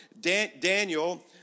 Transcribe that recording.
Daniel